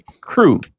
crew